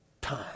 time